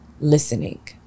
listening